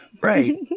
right